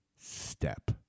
step